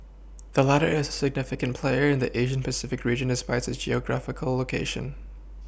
the latter is a significant player in the Asia Pacific region despite its geographical location